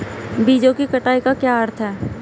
बीजों की कटाई का क्या अर्थ है?